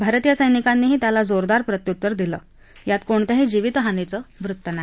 भारतीय सर्विकांनाही त्यांना जोरदार प्रत्युत्तर दिलं यात कोणत्याही जिवितहानीचं वृत्त नाही